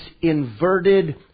inverted